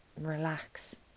relax